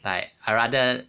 like I rather